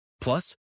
Plus